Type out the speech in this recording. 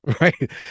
right